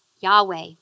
Yahweh